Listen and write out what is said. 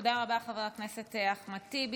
תודה רבה, חבר הכנסת אחמד טיבי.